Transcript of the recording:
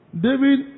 David